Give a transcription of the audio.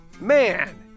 Man